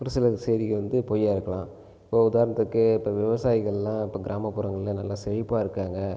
ஒருசில செய்திகள் வந்து பொய்யாக இருக்கலாம் இப்போது உதாரணத்துக்கு இப்போது விவசாயிகளெலாம் இப்போ கிராமப்புறங்களில் நல்லா செழிப்பாக இருக்காங்க